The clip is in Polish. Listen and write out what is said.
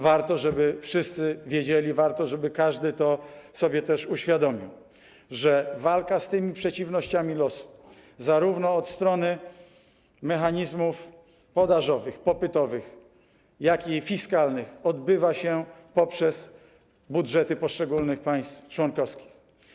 Warto, żeby wszyscy to wiedzieli, warto też, żeby każdy to sobie uświadomił - że walka z tymi przeciwnościami losu zarówno od strony mechanizmów podażowych, popytowych, jak i fiskalnych odbywa się poprzez budżety poszczególnych państw członkowskich.